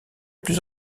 plus